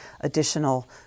additional